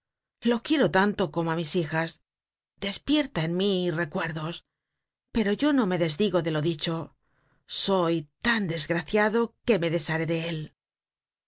lo quiero tanto como á mis hijas depierta en mí recuerdos pero yo no me desdigo de lo dicho soy tan desgraciado que me desharé de él